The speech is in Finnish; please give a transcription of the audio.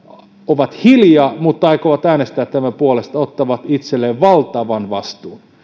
ovat hiljaa mutta aikovat äänestää tämän puolesta ottavat itselleen valtavan vastuun